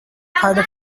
carter